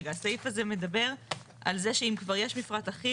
הסעיף זה מדבר על זה שאם כבר יש מפרט אחיד